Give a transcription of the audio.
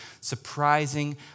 surprising